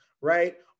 right